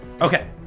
Okay